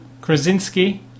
Krasinski